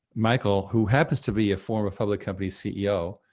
michael, who happens to be a former public company ceo,